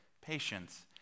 patience